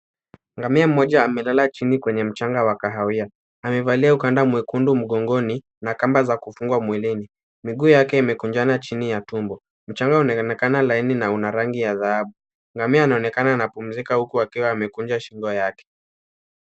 Ngamia mmoja amelala chini kwenye mchanga wa kahawia. Amevalia ukanda mwekunfu mgongoni na kamba za kufungwa mwilini. Miguu yake imekunjana ndaniya tumbo. Mchanga unanekana laini na una rangi ya dhahabu. Ngamia anaonekana anapumzika huku akiwa amekunja shingo yake.